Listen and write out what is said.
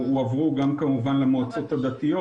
ההנחיות הועברו כמובן גם למועצות הדתיות.